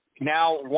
Now